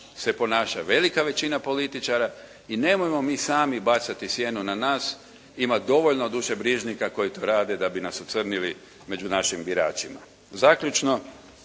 se ponaša velika većina političara i nemojmo mi sami bacati sjenu na nas. Ima dovoljno dušebrižnika koji to rade da bi nas ocrnili među našim biračima.